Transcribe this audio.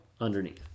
underneath